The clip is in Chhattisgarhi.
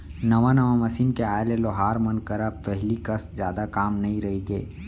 नवा नवा मसीन के आए ले लोहार मन करा पहिली कस जादा काम नइ रइगे